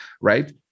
right